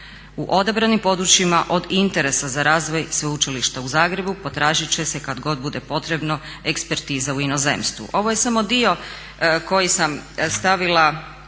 U odabranim područjima od interesa za razvoj Sveučilišta u Zagrebu potražit će se kad god bude potrebno ekspertiza u inozemstvu. Ovo je samo dio koji sam stavila